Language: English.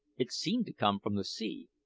it seemed to come from the sea,